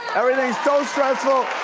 everything's so stressful.